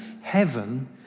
heaven